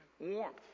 Warmth